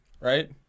Right